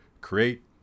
create